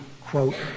quote